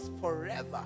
forever